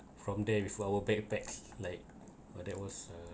from there with our backpacks like but that was uh